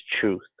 truth